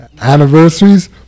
anniversaries